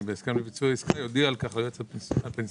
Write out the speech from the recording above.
בהסכם לביצוע עסקה יודיע על כך ליועץ הפנסיוני,